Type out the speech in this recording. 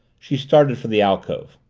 she started for the alcove.